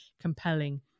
compelling